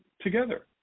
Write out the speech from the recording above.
together